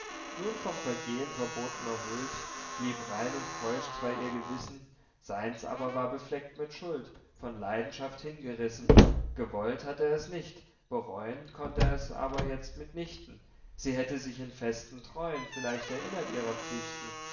nun vom vergehn verbotner huld blieb rein und keusch zwar ihr gewissen seins aber war befleckt mit schuld von leidenschaft hineingerissen gewollt hatt er es nicht bereu'n konnt er es aber jetzt mit nichten sie hätte sich in festen treu'n vielleicht erinnert ihrer pflichten